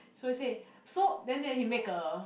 so he say so then then he make a